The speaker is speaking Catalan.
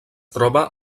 troba